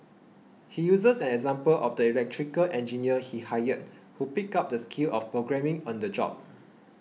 he uses an example of the electrical engineers he hired who picked up the skill of programming on the job